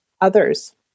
others